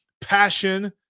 passion